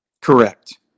Correct